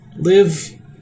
live